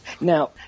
Now